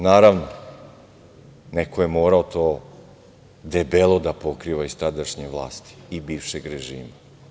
Naravno, neko je morao to debelo da pokriva iz tadašnje vlasti i bivšeg režima.